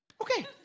okay